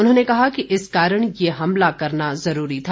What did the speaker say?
उन्होंने कहा कि इस कारण यह हमला करना जरूरी था